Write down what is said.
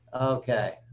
Okay